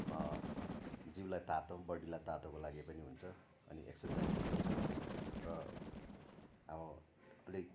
जिउलाई तातो बडीलाई तातोको लागि पनि हुन्छ अनि एक्सर्साइज पनि हुन्छ र अब अलिक